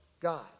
God